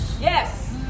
Yes